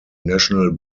national